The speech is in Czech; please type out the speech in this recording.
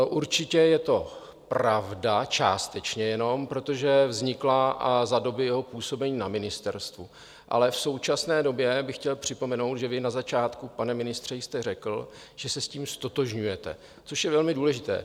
Určitě je to pravda, částečně jenom, protože vznikla za doby jeho působení na ministerstvu, ale v současné době bych chtěl připomenout, že vy na začátku, pane ministře, jste řekl, že se s tím ztotožňujete, což je velmi důležité.